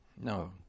No